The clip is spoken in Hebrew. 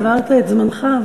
עברת את זמנך,